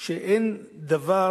שאין דבר